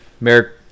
Merrick